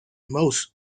most